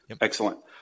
Excellent